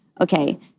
okay